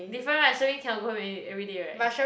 different right cannot go home every everyday [right]